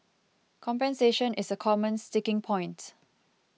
compensation is a common sticking point